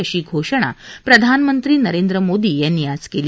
अशी घोषणा प्रधानमंत्री नरेंद्र मोदी यांनी आज कली